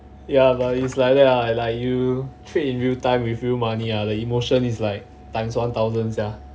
ya but it's like that ah like you trade in real time with real money ah the emotion is like times one thousand sia